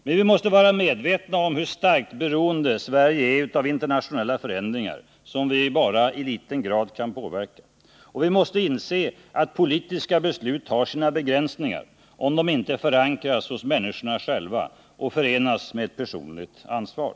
Men vi måste vara medvetna om hur starkt beroende Sverige är av internationella förändringar som vi bara i liten grad kan påverka, och vi måste inse att politiska beslut har sina begränsningar, om de inte förankras hos människorna själva och förenas med ett personligt ansvar.